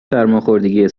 سرماخوردگی